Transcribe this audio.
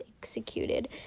executed